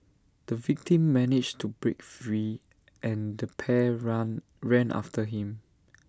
the victim managed to break free and the pair run ran after him